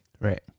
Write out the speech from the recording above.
Right